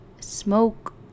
smoke